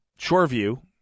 Shoreview